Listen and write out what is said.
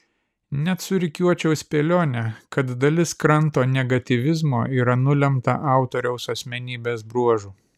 net surikiuočiau spėlionę kad dalis kranto negatyvizmo yra nulemta autoriaus asmenybės bruožų